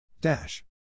Dash